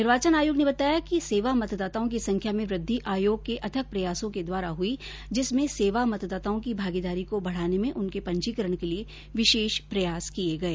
निर्वाचन आयोग ने बताया कि सेवा मतदाताओं की संख्या में वृद्धि आयोग के अथक प्रयासों के द्वारा हुई जिसमें सेवा मतदाताओंकी भागीदारी को बढ़ाने में उनके पंजीकरण के लिए विशेष प्रयास किए गए